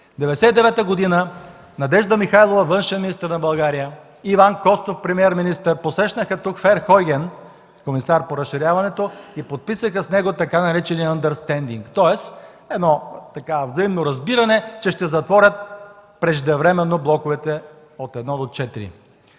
са направили, Надежда Михайлова – външен министър на България и Иван Костов – премиер-министър, посрещнаха тук Ферхойген – комисар по разширяването, и подписаха с него така наречения „ъндърстендинг”, тоест едно взаимно разбиране, че ще затворят преждевременно блоковете от І до ІV.